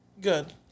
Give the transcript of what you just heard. good